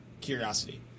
curiosity